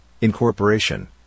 incorporation